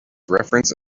reference